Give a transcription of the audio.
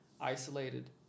isolated